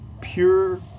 pure